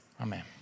Amen